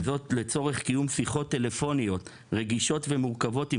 וזאת לצורך קיום שיחות טלפוניות רגישות ומורכבות עם